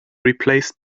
replaced